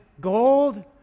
gold